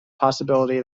possibility